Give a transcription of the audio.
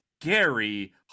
Gary